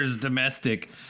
domestic